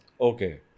okay